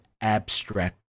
abstract